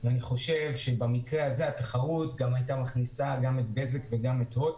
אני חושב שבמקרה הזה התחרות גם הייתה מכניסה גם את בזק וגם את הוט,